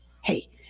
hey